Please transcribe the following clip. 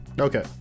Okay